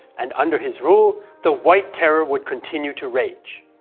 and under his rule the white terror would continue to rage.